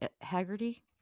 haggerty